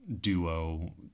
duo